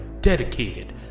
dedicated